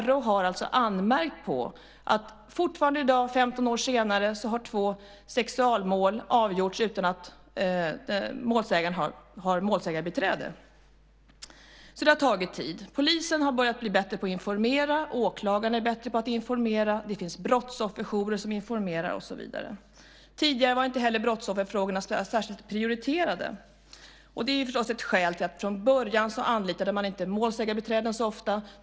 RÅ har alltså anmärkt på att i dag, 15 år senare, har två sexualmål avgjorts utan att målsägaren har målsägarbiträde. Det har tagit tid. Polisen har börjat bli bättre på att informera, åklagarna är bättre på att informera, det finns brottsofferjourer som informerar och så vidare. Tidigare var inte heller brottsofferfrågorna särskilt prioriterade. Och det är förstås ett skäl till att man från början inte anlitade målsägarbiträden så ofta.